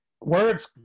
words